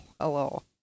Hello